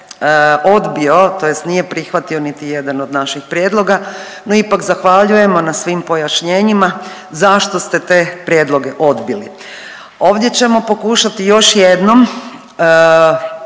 odbio tj. niti jedan od naših prijedloga. No, ipak zahvaljujemo na svim pojašnjenjima zašto ste te prijedloge odbili. Ovdje ćemo pokušati još jednom